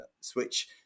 switch